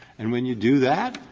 and when you do that,